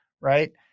right